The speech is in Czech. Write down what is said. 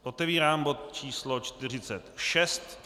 Otevírám bod číslo 46.